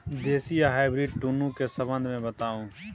देसी आ हाइब्रिड दुनू के संबंध मे बताऊ?